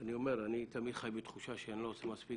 אני תמיד חי בתחושה שאני לא עושה מספיק